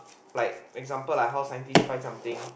like example like how scientist find something